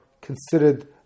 considered